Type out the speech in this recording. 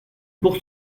pour